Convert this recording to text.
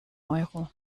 euro